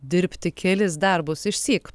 dirbti kelis darbus išsyk